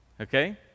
Okay